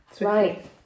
Right